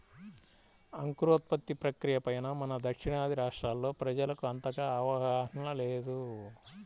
అంకురోత్పత్తి ప్రక్రియ పైన మన దక్షిణాది రాష్ట్రాల్లో ప్రజలకు అంతగా అవగాహన లేదు